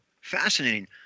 Fascinating